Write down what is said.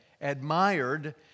admired